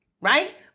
Right